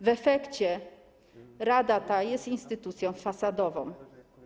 W efekcie rada ta jest instytucją fasadową.